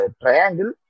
triangle